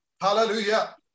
Hallelujah